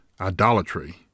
idolatry